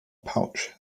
pouch